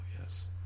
Yes